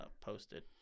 posted